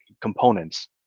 components